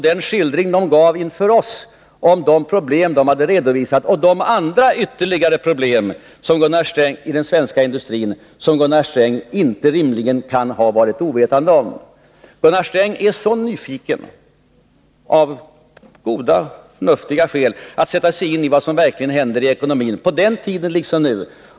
De skildrade inför oss de problem som de hade redovisat, och de redogjorde också för ytterligare problem i den svenska industrin, som Gunnar Sträng rimligen inte var ovetande om. Gunnar Sträng är så nyfiken — av goda, förnuftiga skäl — på att sätta sig in i vad som verkligen händer i ekonomin, nu liksom på den tiden.